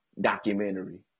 documentary